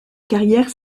carrière